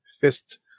fist